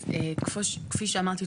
אז כפי שאמרתי,